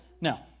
Now